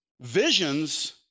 Visions